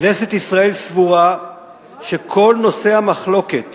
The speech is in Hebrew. כנסת ישראל סבורה שכל נושאי המחלוקת